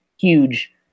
huge